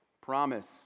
Promise